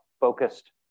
focused